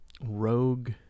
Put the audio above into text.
rogue